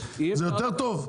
זה יותר טוב?